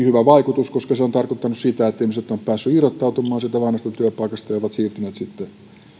hyvä vaikutus koska se on tarkoittanut sitä että ihmiset ovat päässeet irrottautumaan siitä vanhasta työpaikasta ja ovat siirtyneet sitten